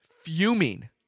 fuming